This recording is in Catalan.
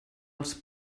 els